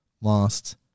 lost